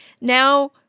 now